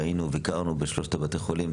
וראינו וביקרנו בשלושת בתי החולים